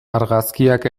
argazkiak